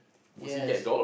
yes